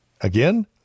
again